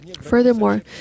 Furthermore